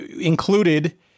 included